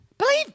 Believe